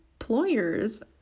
employers